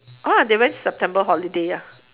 !wah! they went september holiday ah